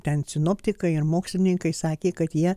ten sinoptikai ir mokslininkai sakė kad jie